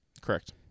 Correct